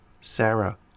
Sarah